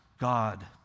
God